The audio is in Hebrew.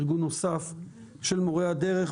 ארגון נוסף של מורי הדרך,